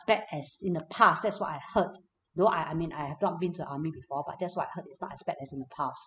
bad as in the past that's what I heard though I I mean I have not been to army before but that's what I heard it's not as bad as in the past